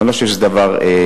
ואני לא חושב שזה דבר בריא.